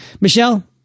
Michelle